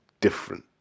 different